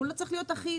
הוא לא צריך להיות אחיד.